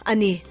Ani